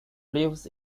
lives